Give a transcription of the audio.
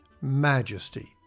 majesty